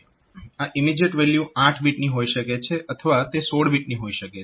આ immediate value 8 બીટની હોઈ શકે છે અથવા તે 16 બીટની હોઈ શકે છે